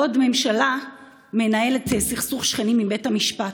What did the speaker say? בעוד ממשלה מנהלת סכסוך שכנים עם בית המשפט,